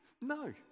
no